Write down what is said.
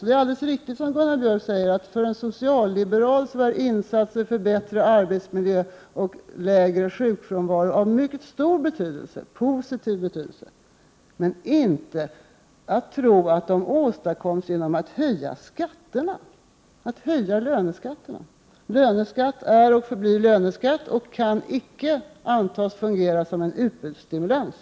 Det är alltså helt riktigt, som Gunnar Björk säger, att för en socialliberal är insatser för bättre arbetsmiljö och lägre sjukfrånvaro av mycket stor positiv betydelse. Men detta åstadkommer man icke genom att höja skatterna, genom att höja löneskatten. Löneskatt är och förblir löneskatt och kan icke fås att fungera som en utbudsstimulans.